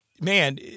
Man